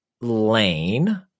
lane